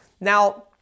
Now